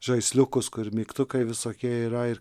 žaisliukus kur mygtukai visokie yra ir